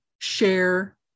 share